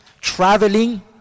traveling